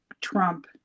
Trump